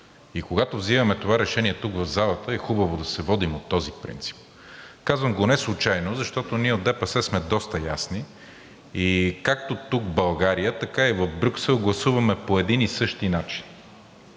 и когато взимаме това решение тук в залата, е хубаво да се водим от този принцип. Казвам го неслучайно, защото ние от ДПС сме доста ясни и както тук в България, така и в Брюксел гласуваме по един и същи начин,